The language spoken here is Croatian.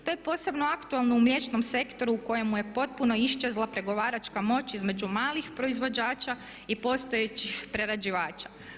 To je posebno aktualno u mliječnom sektoru u kojemu je potpuno iščezla pregovaračka moć između malih proizvođača i postojećih prerađivača.